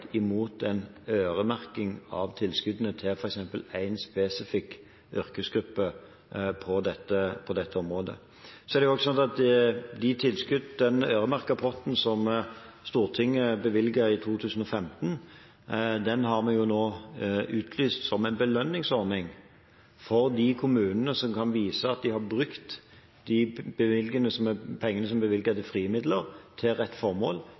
imot en øremerking av tilskuddene til f.eks. én spesifikk yrkesgruppe på dette området. Så er det sånn at de tilskudd til den øremerkede potten som Stortinget bevilget i 2015, har vi nå utlyst som en belønningsordning for de kommunene som kan vise at de har brukt pengene som er bevilget til frie midler, til rett formål.